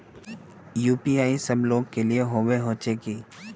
UPI सब लोग के लिए होबे होचे की?